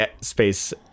space